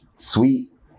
Sweet